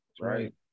Right